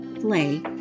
play